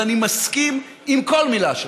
ואני מסכים עם כל מילה שלך.